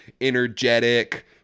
energetic